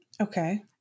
Okay